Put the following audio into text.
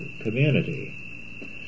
community